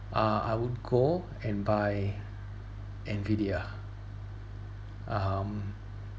uh I would go and buy N vidia um